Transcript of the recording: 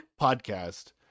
podcast